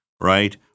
right